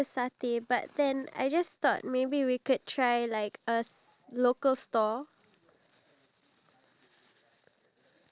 ya but I feel like honestly we really need to look at the price for that one cause I also wanna go back and eat there